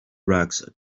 rags